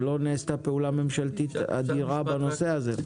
ולא נעשתה פעולה ממשלתית אדירה בנושא הזה.